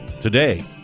today